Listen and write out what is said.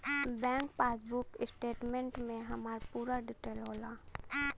bank passbook statement में हमार पूरा डिटेल होला